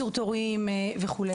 קיצור תורים וכו',